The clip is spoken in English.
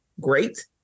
great